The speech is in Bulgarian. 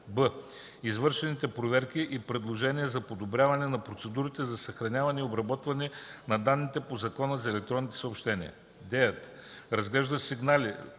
б) извършените проверки и предложения за подобряване на процедурите за съхраняване и обработване на данните по Закона за електронните съобщения; 9. разглежда сигнали